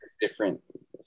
Different